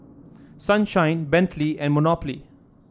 Sunshine Bentley and Monopoly